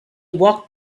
walked